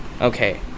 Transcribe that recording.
okay